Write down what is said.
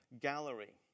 gallery